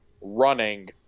running